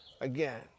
again